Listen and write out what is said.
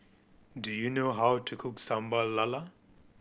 do you know how to cook Sambal Lala